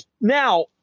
Now